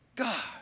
God